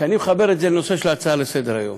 כשאני מחבר את זה לנושא של ההצעה לסדר-היום,